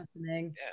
listening